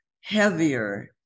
heavier